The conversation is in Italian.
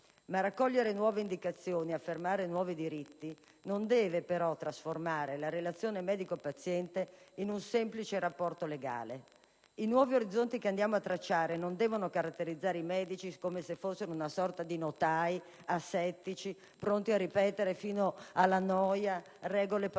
Ma raccogliere nuove indicazioni ed affermare nuovi diritti non deve però trasformare la relazione medico-paziente in un semplice rapporto legale. I nuovi orizzonti che andiamo a tracciare non devono caratterizzare i medici come se fossero una sorta di notai asettici, pronti a ripetere fino alla noia regole paludate